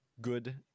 good